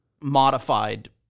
modified